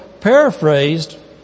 paraphrased